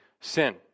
Sin